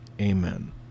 Amen